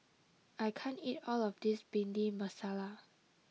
I can't eat all of this Bhindi Masala